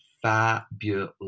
fabulous